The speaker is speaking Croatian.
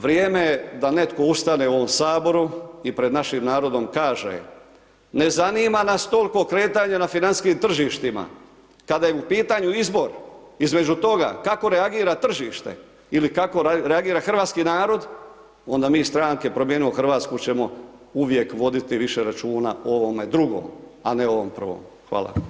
Vrijeme je da netko ustane u ovom Saboru i pred našim narodom kaže, ne zanima nas toliko kretanje na financijskim tržištima kada je u pitanju izbor između toga kako reagira tržište ili kako reagira hrvatski narod onda mi iz stranke Promijenimo Hrvatsku ćemo uvijek voditi više računa o ovome drugom a ne o ovome prvom.